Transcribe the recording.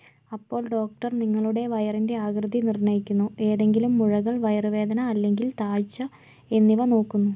അപ്പോൾ ഡോക്ടർ നിങ്ങളുടെ വയറിൻ്റെ ആകൃതി നിർണ്ണയിക്കുന്നു ഏതെങ്കിലും മുഴകൾ വയറുവേദന അല്ലെങ്കിൽ താഴ്ച എന്നിവ നോക്കുന്നു